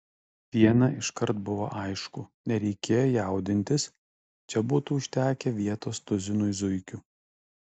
viena iškart buvo aišku nereikėjo jaudintis čia būtų užtekę vietos tuzinui zuikių